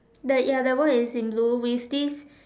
the ya the room is in blue with this